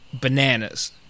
bananas